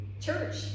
church